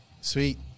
sweet